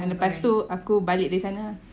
then lepas tu aku balik dari sana ah